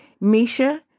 Misha